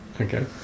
Okay